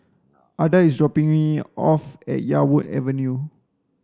Adah is dropping me off at Yarwood Avenue